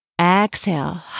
Exhale